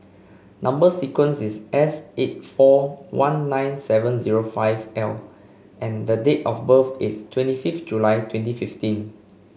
number sequence is S eight four one nine seven zero five L and date of birth is twenty fifth July twenty fifteen